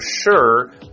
sure